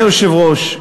אדוני היושב-ראש,